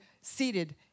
seated